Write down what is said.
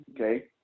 okay